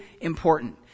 important